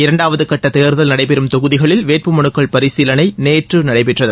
இரண்டாவது கட்ட தேர்தல் நடைபெறும் தொகுதிகளில் வேட்புமனுக்கள் பரிசீலனை நேற்று நடைபெற்றது